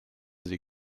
sie